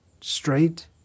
straight